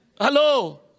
Hello